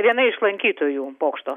viena iš lankytojų bokšto